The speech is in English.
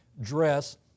dress